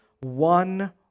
one